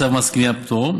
בצו מס קנייה (פטור),